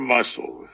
Muscle